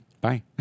Bye